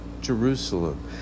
Jerusalem